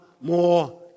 more